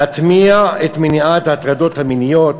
להטמיע את מניעת ההטרדות המיניות,